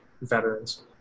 veterans